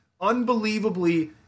unbelievably